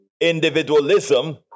Individualism